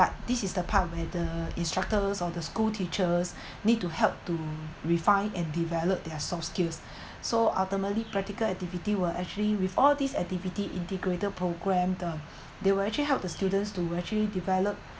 but this is the part where the instructors or the school teachers need to help to refine and develop their soft skills so ultimately practical activity were actually with all these activity integrated programme the they will actually help the students to actually develop